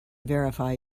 verify